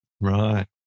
right